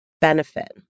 benefit